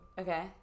Okay